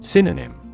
Synonym